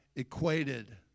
equated